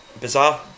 bizarre